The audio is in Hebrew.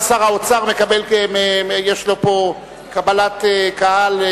גם שר האוצר, יש לו פה קבלת קהל.